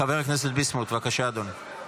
חבר הכנסת ביסמוט, בבקשה, אדוני.